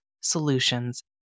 solutions